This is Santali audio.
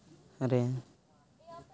ᱨᱮ